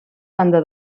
banda